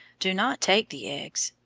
do not take the eggs.